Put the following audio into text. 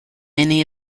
many